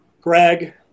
Greg